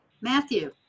Matthew